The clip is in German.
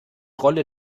rolle